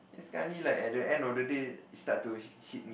sekali like at the end of the day start to hit